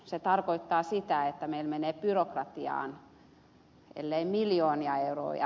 se tarkoittaa sitä että meillä menee byrokratiaan ellei miljoonia euroja